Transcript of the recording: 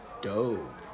Dope